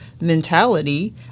mentality